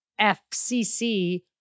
FCC